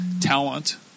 talent